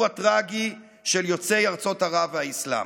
הטרגי של יוצאי ארצות ערב והאסלאם.